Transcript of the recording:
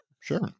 Sure